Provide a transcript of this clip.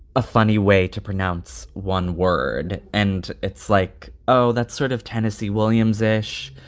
a funny way to pronounce one word and it's like, oh, that's sort of tennessee williams ish.